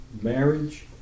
marriage